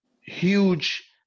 huge